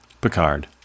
Picard